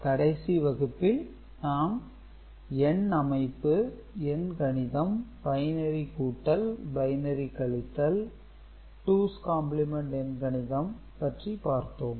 கடைசி வகுப்பில் நாம் எண் அமைப்பு எண் கணிதம் பைனரி கூட்டல் பைனரி கழித்தல் டூஸ் காம்ப்ளிமென்ட் எண் கணிதம் பற்றி பார்ப்போம்